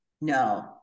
no